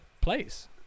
place